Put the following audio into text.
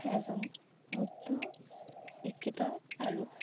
এজন শুদ্ধ শিক্ষিত আৰু